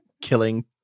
killing